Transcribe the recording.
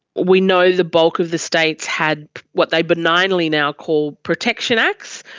we know the bulk of the states had what they benignly now called protection acts.